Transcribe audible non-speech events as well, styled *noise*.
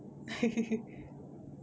*laughs*